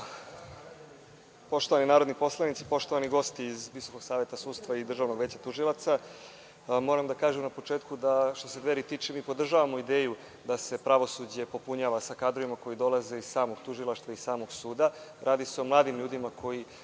Arsiću. Poštovani narodni poslanici, poštovani gosti iz Visokog savet sudstva i državnog veća tužilaca, moram da kažem na početku da što se Dveri tiče mi podržavamo ideju da se pravosuđe popunjava sa kadrovima koji dolaze iz samog tužilaštva i samog suda. Radi se o mladim ljudima koji